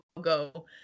go